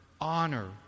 honor